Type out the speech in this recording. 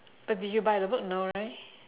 but did you buy the book no right